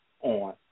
on